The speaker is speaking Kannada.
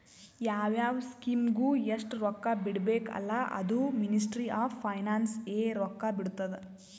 ಯಾವ್ ಯಾವ್ ಸ್ಕೀಮ್ಗ ಎಸ್ಟ್ ರೊಕ್ಕಾ ಬಿಡ್ಬೇಕ ಅಲ್ಲಾ ಅದೂ ಮಿನಿಸ್ಟ್ರಿ ಆಫ್ ಫೈನಾನ್ಸ್ ಎ ರೊಕ್ಕಾ ಬಿಡ್ತುದ್